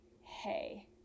hey